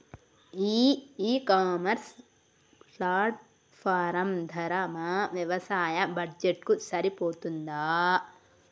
ఈ e commerce platform ధర మా వ్యవసాయ బడ్జెట్ కు సరిపోతుందా?